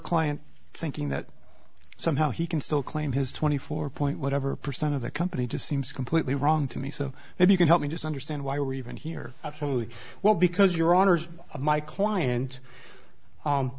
client thinking that somehow he can still claim his twenty four point whatever percent of the company just seems completely wrong to me so if you can help me just understand why we're even here absolutely well because your honour's of my client